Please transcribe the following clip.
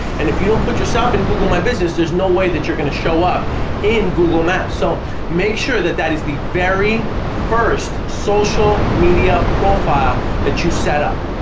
and if you don't put yourself in google my business there's no way that you're gonna show up in google maps so make sure that that is the very first social media profile that you set up.